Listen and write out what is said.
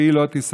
והיא לא תיסלח.